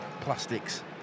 plastics